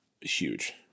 huge